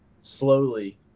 slowly